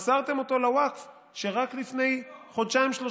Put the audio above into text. מסרתם אותו לווקף, שרק לפני חודשיים-שלושה